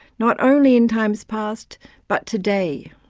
not only in times past but today.